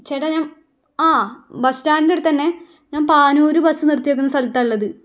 ചേട്ടാ ഞാൻ ആ ബസ്സ് സ്റ്റാൻ്റിൻ്റെ അടുത്തുതന്നെ ഞാൻ പാനൂർ ബസ്സ് നിർത്തിയിരിക്കുന്ന സ്ഥലത്താണ് ഉള്ളത്